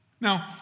Now